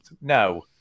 No